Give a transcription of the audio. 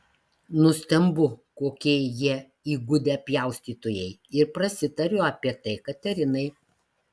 nustembu kokie jie įgudę pjaustytojai ir prasitariu apie tai katerinai